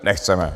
Nechceme.